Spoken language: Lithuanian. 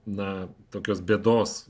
na tokios bėdos